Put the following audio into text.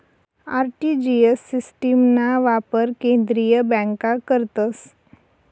RTGS सिस्टिमना वापर केंद्रीय बँका करतस